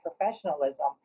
professionalism